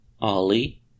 Ollie